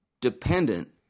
dependent